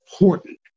important